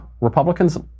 Republicans